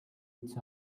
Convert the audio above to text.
each